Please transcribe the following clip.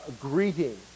greeting